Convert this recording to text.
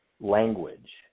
language